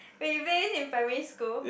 wait you play this in primary school